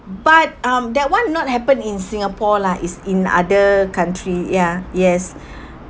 but um that one not happen in singapore lah is in other country ya yes